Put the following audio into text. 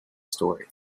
story